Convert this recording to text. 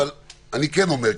אבל אני כן אומר,